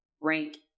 rank